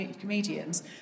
comedians